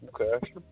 Okay